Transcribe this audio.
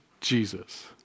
Jesus